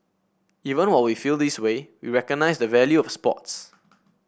even all we feel this way we recognise the value of sports